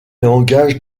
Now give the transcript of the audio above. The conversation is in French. langues